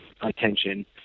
attention